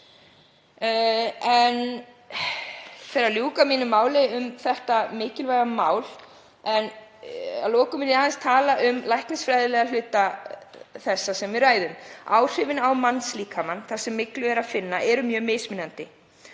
Ég fer að ljúka máli mínu um þetta mikilvæga mál en að lokum vil ég aðeins tala um læknisfræðilega hluta þess sem við ræðum. Áhrifin á mannslíkamann þar sem myglu er að finna eru mjög mismunandi